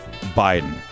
Biden